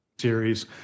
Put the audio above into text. Series